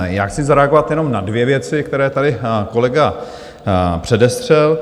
Já chci zareagovat jenom na dvě věci, které tady kolega předestřel.